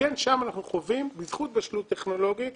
שם אנחנו חווים בזכות בשלות טכנולוגית,